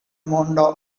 vonda